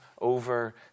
over